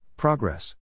Progress